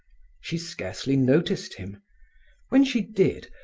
she scarcely noticed him when she did,